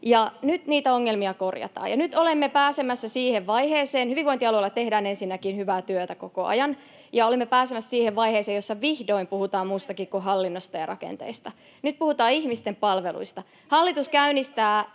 nyt niitä ongelmia korjataan. Hyvinvointialueilla tehdään ensinnäkin hyvää työtä koko ajan, ja nyt olemme pääsemässä siihen vaiheeseen, jossa vihdoin puhutaan muustakin kuin hallinnosta ja rakenteista. Nyt puhutaan ihmisten palveluista. Hallitus käynnistää